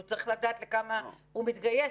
והוא צריך לדעת לכמה הוא מתגייס,